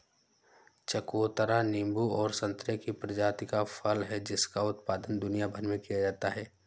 चकोतरा नींबू और संतरे की प्रजाति का फल है जिसका उत्पादन दुनिया भर में किया जाता है